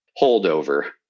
holdover